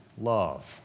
love